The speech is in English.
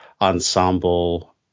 ensemble